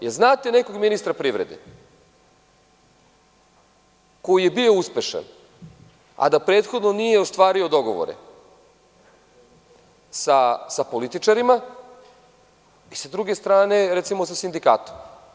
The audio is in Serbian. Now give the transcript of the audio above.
Da li znate nekog ministra privrede, koji je bio uspešan, a da prethodno nije ostvario dogovor sa političarima i sa druge strane, recimo, sa sindikatom?